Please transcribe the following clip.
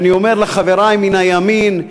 אני אומר לחברי מהימין,